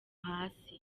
hasi